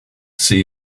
see